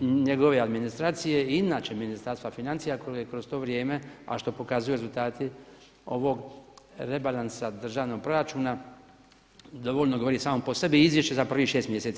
njegove administracije inače Ministarstva financija koje je kroz to vrijeme, a što pokazuju rezultati ovog rebalansa državnog proračuna dovoljno govori samo po sebi, izvješće za prvih šest mjeseci.